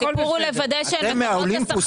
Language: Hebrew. אתם מהאולימפוס.